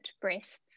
breasts